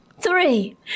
three